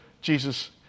Jesus